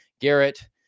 Garrett